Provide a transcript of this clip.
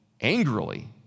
angrily